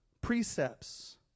precepts